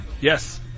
Yes